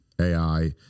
AI